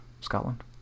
Scotland